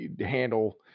handle